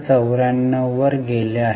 94 वर गेले आहे